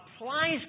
applies